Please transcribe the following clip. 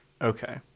Okay